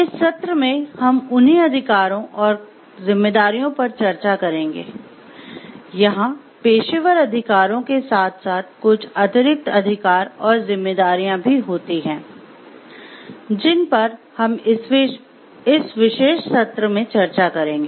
इस सत्र में हम उन्हीं अधिकारों और जिम्मेदारियों पर चर्चा करेंगे यहां पेशेवर अधिकारों के साथ साथ कुछ अतिरिक्त अधिकार और जिम्मेदारियां भी होती हैं जिन पर हम इस विशेष सत्र में चर्चा करेंगे